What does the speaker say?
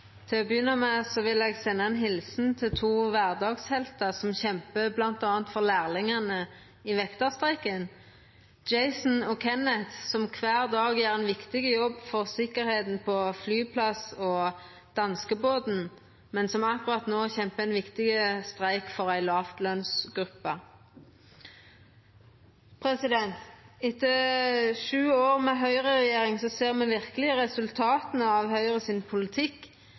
Til å begynna med vil eg senda ei helsing til to kvardagsheltar som kjempar for bl.a. lærlingane i vektarstreiken, Jason og Kenneth, som kvar dag gjer ein viktig jobb for sikkerheita på flyplassen og danskebåten, men som akkurat no kjempar i ein viktig streik for ei låglønsgruppe. Etter sju år med høgreregjering ser me verkeleg resultata av Høgre sin politikk.